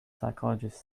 psychologist